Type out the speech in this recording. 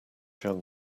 young